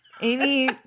Amy